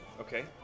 okay